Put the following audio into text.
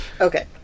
Okay